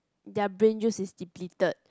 their brain juice is depleted